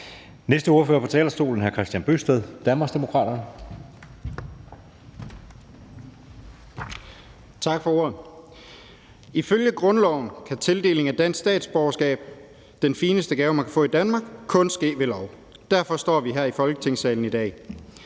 14:36 (Ordfører) Kristian Bøgsted (DD): Tak for ordet. Ifølge grundloven kan tildelingen af dansk statsborgerskab – den fineste gave, man kan få i Danmark – kun ske ved lov. Derfor står vi her i Folketingssalen i dag.